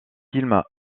film